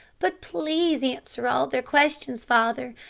but please answer all their questions, father.